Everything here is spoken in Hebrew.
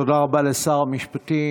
תודה רבה לשר המשפטים.